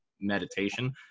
meditation